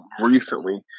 recently